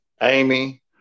Amy